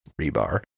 rebar